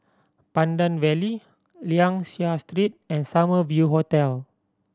Pandan Valley Liang Seah Street and Summer View Hotel